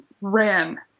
ran